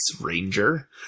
Ranger